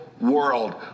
world